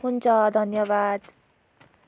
हुन्छ धन्यवाद